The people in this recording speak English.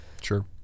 Sure